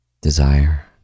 desire